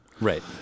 Right